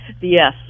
Yes